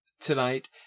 tonight